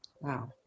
Wow